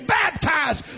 baptized